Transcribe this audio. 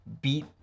beat